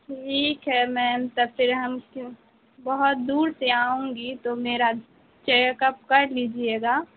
ٹھیک ہے میم تو پھر ہم کیوں بہت دور سے آؤں گی تو میرا چیک اپ کر لیجیے گا